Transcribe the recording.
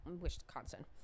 Wisconsin